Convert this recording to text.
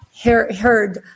heard